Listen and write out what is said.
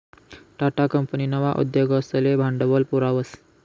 Tata company नवा उद्योगसले भांडवल पुरावस